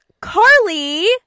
Carly